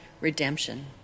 redemption